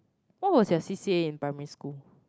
what was your C_C_A in primary school